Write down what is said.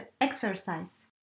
Exercise